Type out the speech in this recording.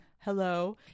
hello